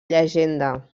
llegenda